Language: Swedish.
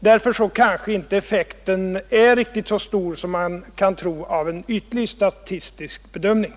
Effekten kanske alltså inte är riktigt så stor som man kan tro vid en ytlig statistisk bedömning.